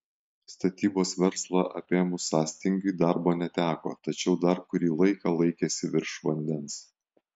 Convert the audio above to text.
statybos verslą apėmus sąstingiui darbo neteko tačiau dar kurį laiką laikėsi virš vandens